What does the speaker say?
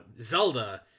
Zelda